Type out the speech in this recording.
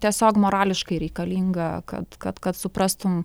tiesiog morališkai reikalinga kad kad kad suprastum